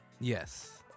Yes